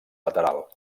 lateral